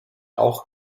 auch